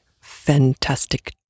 fantastic